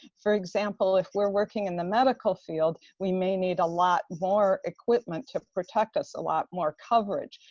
for example, if we're working in the medical field, we may need a lot more equipment to protect us, a lot more coverage.